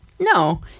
No